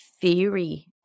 theory